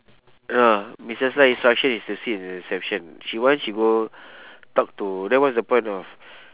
I don't know ah missus lai instruction is to sit in the reception she want she go talk to then what's the point of